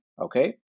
Okay